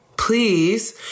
Please